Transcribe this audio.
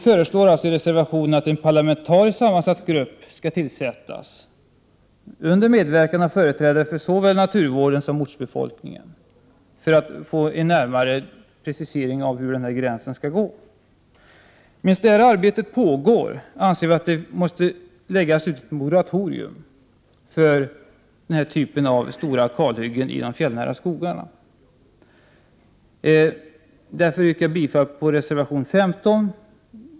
I reservation 14 föreslår vi att en parlamentariskt sammansatt grupp tillsätts under medverkan av företrädare för såväl naturvården som ortsbefolkningen. Det gäller ju att få en närmare precisering av hur gränsen skall Under den tid som detta arbete pågår anser vi — som framgår av reservation 15 —att det behövs ett moratorium för den här typen av stora kalhyggen i de fjällnära skogarna. Jag yrkar således bifall till reservation 15.